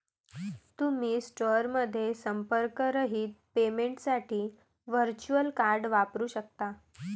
तुम्ही स्टोअरमध्ये संपर्करहित पेमेंटसाठी व्हर्च्युअल कार्ड वापरू शकता